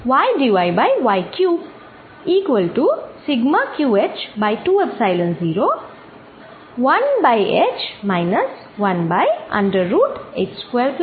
এটাই হলো উলম্ব বল